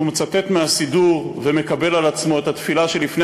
כשהוא מצטט מהסידור ומקבל על עצמו את התפילה שלפני